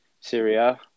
Syria